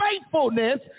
faithfulness